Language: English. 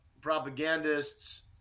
propagandists